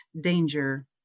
danger